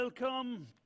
Welcome